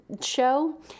show